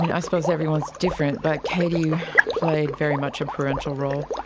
and i suppose everyone is different but katie played very much a parental role,